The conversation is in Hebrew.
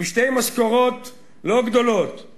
משתי משכורות לא גדולות היא